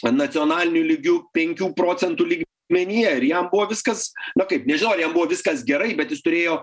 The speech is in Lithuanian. o nacionaliniu lygiu penkių procentų lyg menyje ir jam buvo viskas na kaip nežinau ar jam buvo viskas gerai bet jis turėjo